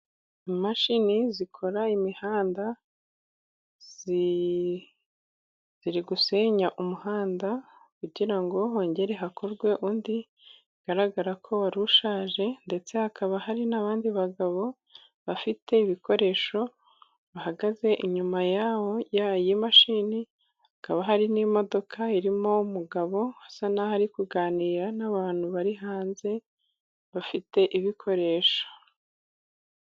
Imashini zikora imihanda ziri gusenya umuhanda, kugira ngo hongere hakorwe undi ,bigaragara ko wari ushaje, ndetse hakaba hari n'abandi bagabo bafite ibikoresho bahagaze inyuma ya ya mashini ,hakaba hari n'imodoka irimo umugabo usa naho ari kuganira n'abantu bari hanze bafite ibikoresho.